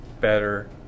better